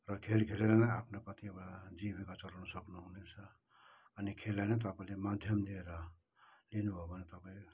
र खेल खेलेर नै आफ्नो कतिवटा जीविका चलाउन सक्नुहुनेछ अनि खेललाई नै तपाईँले माध्यम लिएर लिनु भयो भने तपाईँ